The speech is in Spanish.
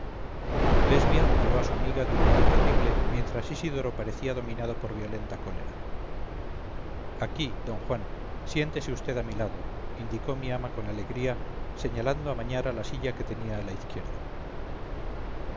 lesbia miró a su amiga de un modo terrible mientras isidoro parecía dominado por violenta cólera aquí d juan siéntese vd a mi lado indicó mi ama con alegría señalando a mañara la silla que tenía a la izquierda